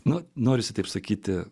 na norisi taip sakyti